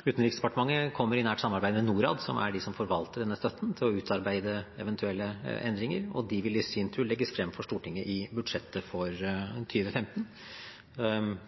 Utenriksdepartementet kommer i nært samarbeid med Norad, som forvalter denne støtten, til å utarbeide eventuelle endringer, og de vil i sin tur legges frem for Stortinget i budsjettet for 2015.